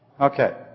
Okay